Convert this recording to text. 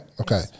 Okay